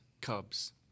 Cubs